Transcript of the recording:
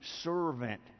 servant